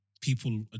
people